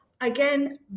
Again